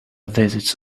visits